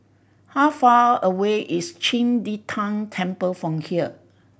how far away is Qing De Tang Temple from here